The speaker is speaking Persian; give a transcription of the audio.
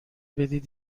بدید